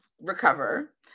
recover